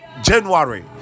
January